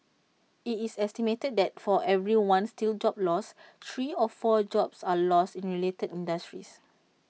IT is estimated that for every one steel job lost three or four jobs are lost in related industries